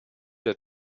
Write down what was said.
der